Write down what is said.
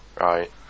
right